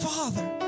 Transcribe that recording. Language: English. Father